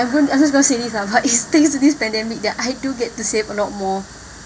I I wouldn't go savings lah but it's things that this pandemic that I do get to save a lot more